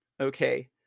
okay